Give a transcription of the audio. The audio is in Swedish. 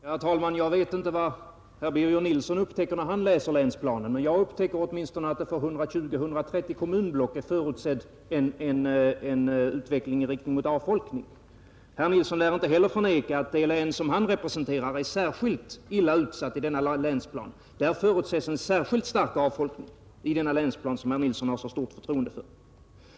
Herr talman! Jag vet inte vad herr Birger Nilsson upptäcker när han läser länsplanen, men jag upptäcker åtminstone att det för 120-130 kommunblock är förutsett en utveckling i riktning mot avfolkning. Herr Nilsson lär inte heller kunna förneka att det län som han representerar är speciellt illa utsatt i denna länsplan. Där förutses en särskilt stark avfolkning — i den länsplan som herr Nilsson har så stort förtroende för.